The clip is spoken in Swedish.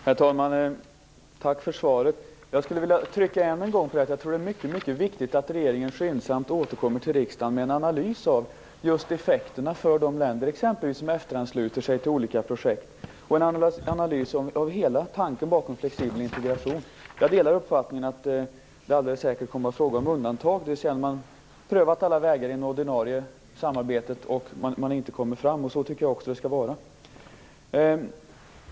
Herr talman! Tack för svaret. Jag skulle än en gång vilja understryka att jag tror att det är mycket viktigt att regeringen skyndsamt återkommer till riksdagen med en analys av effekterna för exempelvis de länder som efteransluter sig till olika projekt och av hela tanken bakom flexibel integration. Jag delar uppfattningen att det alldeles säkert kommer att vara fråga om undantag sedan man prövat alla vägar i det ordinarie samarbetet utan att komma framåt. Så tycker jag också att det skall vara.